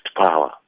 power